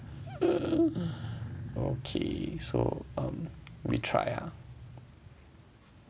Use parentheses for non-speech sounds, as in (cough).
(noise) okay so um we try ah